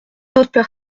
d’autres